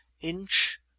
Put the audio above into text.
inch